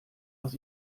aus